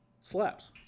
slaps